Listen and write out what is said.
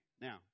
Now